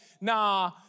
nah